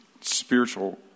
spiritual